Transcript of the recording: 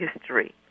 history